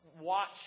watch